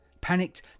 Panicked